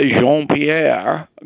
Jean-Pierre